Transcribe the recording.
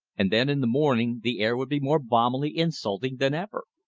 and then in the morning the air would be more balmily insulting than ever.